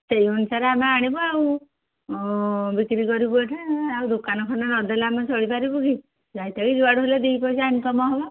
ସେଇ ଅନୁସାରେ ଆମେ ଆଣିବୁ ଆଉ ବିକ୍ରି କରିବୁ ଏଠି ଆଉ ଦୋକାନ ଖଣ୍ଡେ ନଦଲେ ଆମେ ଚଳିପାରିବୁ କି ଯାଇ ତାଇକି ଯୁଆଡ଼ୁ ହେଲେ ଦୁଇ ପଇସା ଇନକମ୍ ହବ